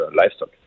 livestock